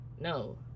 no